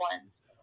ones